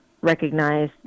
recognize